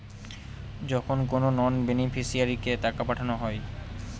যখন কোনো নন বেনিফিশিয়ারিকে টাকা পাঠানো হয়